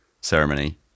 ceremony